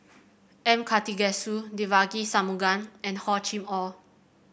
M Karthigesu Devagi Sanmugam and Hor Chim Or